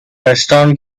restaurant